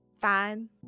fine